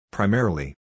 Primarily